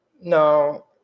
No